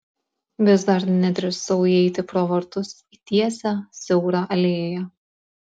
vis dar nedrįsau įeiti pro vartus į tiesią siaurą alėją